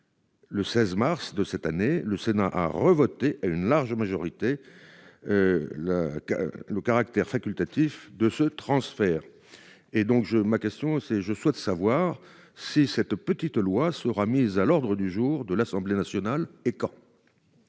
Le 16 mars de cette année. Le Sénat à revoter à une large majorité. La. Le caractère facultatif de ce transfert. Et donc je ma question c'est, je souhaite savoir si cette petite loi sera mise à l'ordre du jour de l'Assemblée nationale et quand.